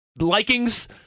likings